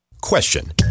Question